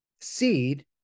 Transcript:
seed